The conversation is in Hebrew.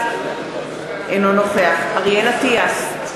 אינו נוכח אריאל אטיאס,